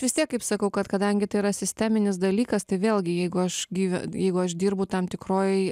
vis tiek kaip sakau kad kadangi tai yra sisteminis dalykas tai vėlgi jeigu aš gyve jeigu aš dirbu tam tikroj